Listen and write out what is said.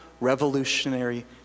revolutionary